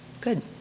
Good